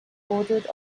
ordered